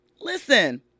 Listen